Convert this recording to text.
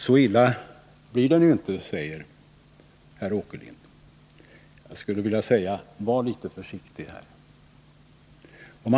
Så illa blir det inte, säger herr Åkerlind. Jag skulle vilja säga: Var litet försiktig här!